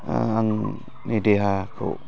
आंनि देहाखौ